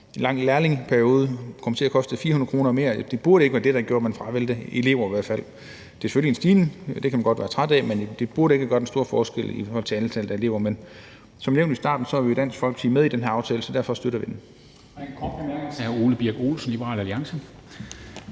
en lang lærlingeperiode kommer til at koste 400 kr. mere. Det burde i hvert fald ikke være det, der gjorde, at man fravalgte elever. Det er selvfølgelig en stigning, og det kan man godt være træt af, men det burde ikke gøre den store forskel i forhold til antallet af elever. Men som nævnt i starten er vi i Dansk Folkeparti med i den her aftale, så derfor støtter vi